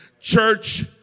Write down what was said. Church